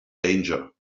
danger